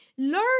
Learn